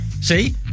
See